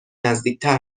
نزدیکتر